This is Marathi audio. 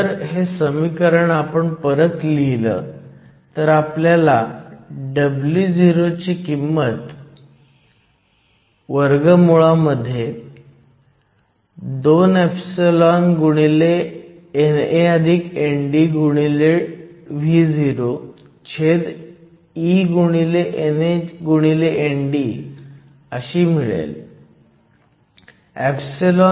जर हे समीकरण आपण परत लिहिलं तर आपल्याला Wo ची किंमत 2εNANDVoeNAND अशी मिळेल